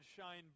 shine